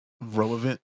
relevant